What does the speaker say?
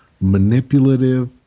Manipulative